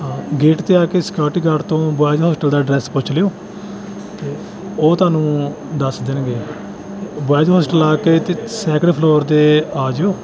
gate 'ਤੇ ਆ ਕੇ ਸਕਿਓਰਟੀ ਗਾਰਡ ਤੋਂ ਬੋਆਇਸ ਹੋਸਟਲ ਦਾ ਐਡਰੈਸ ਪੁੱਛ ਲਿਓ ਅਤੇ ਉਹ ਤੁਹਾਨੂੰ ਦੱਸ ਦੇਣਗੇ ਬੋਆਇਸ ਹੋਸਟਲ ਆ ਕੇ ਅਤੇ ਸੈਕਿੰਡ ਫਲੋਰ 'ਤੇ ਆ ਜਾਇਓ